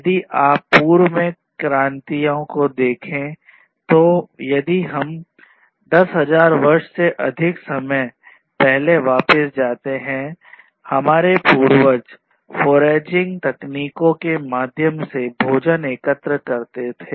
यदि आप पूर्व में क्रांतियों को देखते हैं यदि हम १०००० वर्ष से अधिक समय पहले वापस आते हैं हमारे पूर्वज फोरेजिंग तकनीकों के माध्यम से भोजन एकत्र करते थे